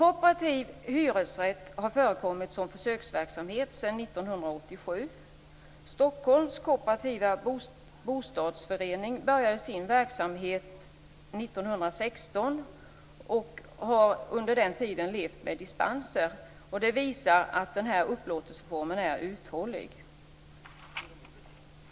Kooperativ hyresrätt har förekommit som försöksverksamhet sedan 1987. Stockholms kooperativa bostadsförening började sin verksamhet 1916 och har sedan dess levt med dispenser. Det visar att den här upplåtelseformen är uthållig.